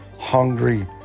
hungry